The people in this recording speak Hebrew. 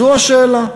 זאת השאלה.